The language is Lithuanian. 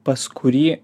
pas kurį